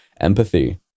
empathy